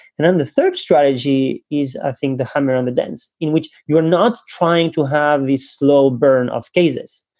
and then the third strategy is, i ah think the hammer on the dents in which you are not trying to have the slow burn of cases.